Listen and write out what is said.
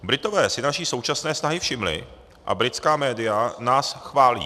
Britové si naší současné snahy všimli a britská média nás chválí.